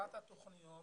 אחת התוכניות,